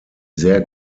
sehr